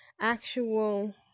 actual